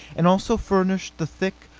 and also furnished the thick,